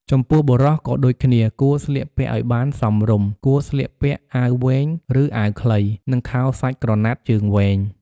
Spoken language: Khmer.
ចំពោះបុរសក៏ដូចគ្នា គួរស្លៀកពាក់ឱ្យបានសមរម្យ គួរស្លៀកពាក់អាវវែង ឬអាវខ្លី និងខោសាច់ក្រណាត់ជើងវៃង។